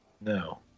No